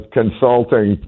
consulting